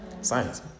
Science